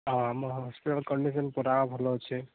ହଁ ଆମ hospital condition ପୂରା ଭଲ ଅଛି